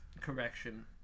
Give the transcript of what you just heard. correction